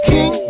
King